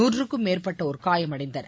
நூற்றுக்கும் மேற்பட்டோர் காயமடைந்தனர்